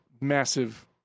massive